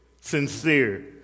sincere